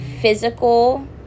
physical